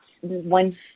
one